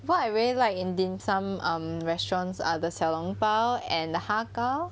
what I really like in dim sum um restaurants are the 小笼包 and the har gow